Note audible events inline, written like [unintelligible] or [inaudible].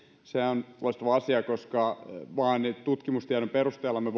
sehän on loistava asia koska vain tutkimustiedon perusteella me [unintelligible]